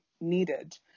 needed